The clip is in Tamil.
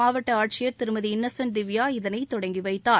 மாவட்ட ஆட்சித் தலைவர் திருமதி இன்னசென்ட் திவ்யா இதனைத் தொடங்கிவைத்தார்